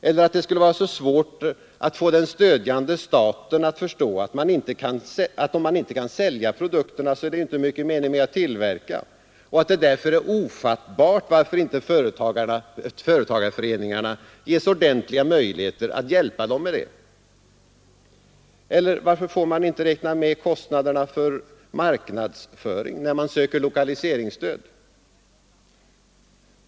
Eller att det skall vara så svårt att få den stödjande staten att förstå, att kan man inte sälja produkterna så är det ingen mening med att tillverka, och att det därför är ofattbart varför inte företagarföreningarna ges ordentliga möjligheter att hjälpa dem med det. Eller varför man inte får räkna med kostnaderna för marknadsföring när man söker lokaliseringsstöd.